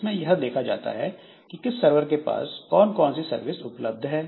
इसमें यह देखा जाता है कि किस सरवर के पास कौन कौन सी सर्विस उपलब्ध है